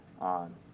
on